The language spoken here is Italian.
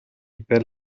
per